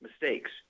mistakes